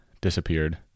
disappeared